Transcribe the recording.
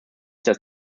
dass